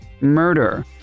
murder